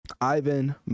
Ivan